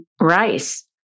Rice